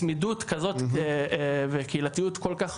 צמידות כזאת וקהילתיות כל כך